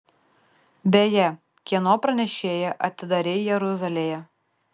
beje kieno pranešėją atidarei jeruzalėje